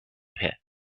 pit